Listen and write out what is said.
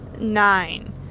nine